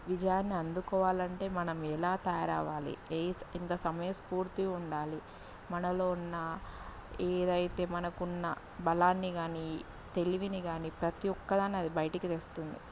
విజయాన్ని అందుకోవాలంటే మనం ఎలా తయారవ్వాలి ఏయిస్ ఎంత సమయస్ఫూర్తి ఉండాలి మనలో ఉన్న ఏదైతే మనకున్న బలాన్ని కానీ తెలివిని కానీ ప్రతీ ఒక్కదాన్ని అది బయటికి తెస్తుంది